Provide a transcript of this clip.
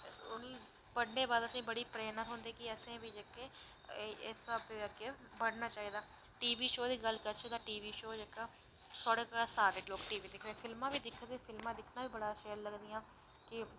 उनेंगी पढ़ने दे बाद असेंगी बड़ी प्रेरणा थ्होंदी कि असें बी इस हिसाबे दा अग्गैं पढ़ना चाही दा टी वी शो दी गल्ल करचै तां टी बी शो जेह्का साढ़े घर सारे लोग टी बी दिक्खदे फिल्मां बी दिखदे फिल्मां दिक्खनियां बी शैल लगदियां कि